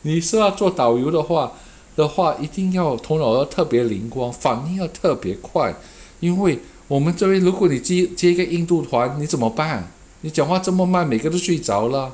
你是要做导游的话的话一定要头脑要特别灵光反应要特别快因为我们这位如果你接接一个印度团你怎么办你讲话这么慢每个都睡着了